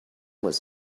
was